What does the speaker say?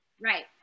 Right